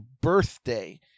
birthday